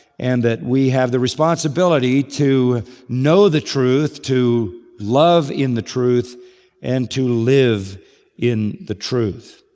and that we have the responsibility to know the truth, to love in the truth and to live in the truth.